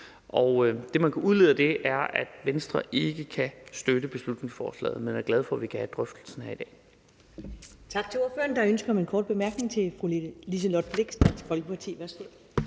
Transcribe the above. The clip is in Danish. Og det, man kan udlede af det, er, at Venstre ikke kan støtte beslutningsforslaget, men vi er glade for, at vi kan have en drøftelse af det.